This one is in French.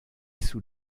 sous